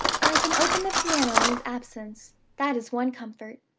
i can open the piano in his absence that is one comfort.